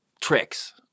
tricks